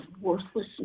worthlessness